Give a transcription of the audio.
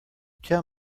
tell